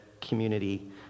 community